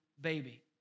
baby